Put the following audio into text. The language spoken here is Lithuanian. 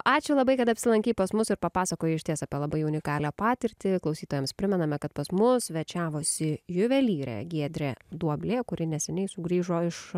ačiū labai kad apsilankei pas mus ir papasakojai išties apie labai unikalią patirtį klausytojams primename kad pas mus svečiavosi juvelyrė giedrė duoblė kuri neseniai sugrįžo iš